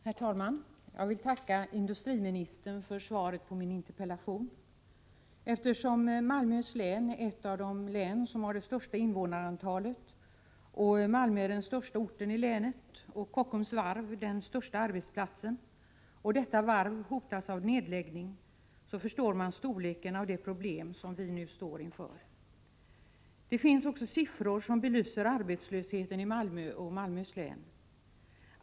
Herr talman! Jag vill tacka industriministern för svaret på min interpellation. Då Malmöhus län är ett av de län som har det största invånarantalet, Malmö är den största orten i länet och Kockums varv den största arbetsplatsen, och då detta varv hotas av nedläggning, förstår man storleken av de problem som vi nu står inför. Det finns siffror som belyser arbetslösheten i Malmö och i Malmöhus län.